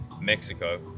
Mexico